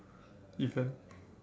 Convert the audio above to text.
event